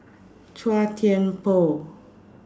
Chua Thian Poh